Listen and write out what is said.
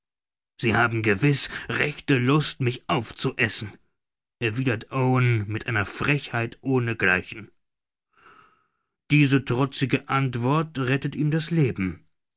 sie haben gewiß rechte lust mich aufzuessen erwidert owen mit einer frechheit ohne gleichen diese trotzige antwort rettet ihm das leben